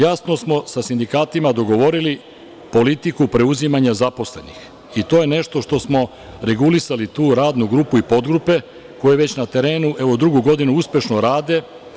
Jasno smo sa sindikatima dogovorili politiku preuzimanja zaposlenih i to je nešto što smo regulisali u toj radnoj grupi i podgrupi koja je već na terenu i evo drugu godinu uspešno radi.